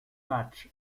match